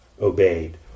obeyed